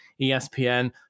ESPN